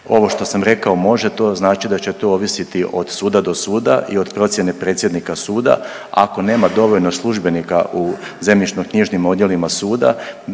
Ovo što sam rekao može to značiti da će to ovisiti od suda do suda i od procjene predsjednika suda, ako nema dovoljno službenika u zemljišno-knjižnim odjelima suda,